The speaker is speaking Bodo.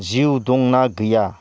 जिउ दं ना गैया